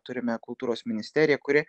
turime kultūros ministeriją kuri